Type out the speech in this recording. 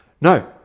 no